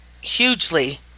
hugely